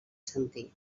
sentir